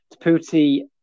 Taputi